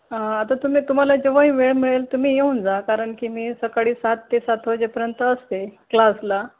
आता तुम्ही तुम्हाला जेव्हाही वेळ मिळेल तुम्ही येऊन जा कारण की मी सकाळी सात ते सात वाजेपर्यंत असते क्लासला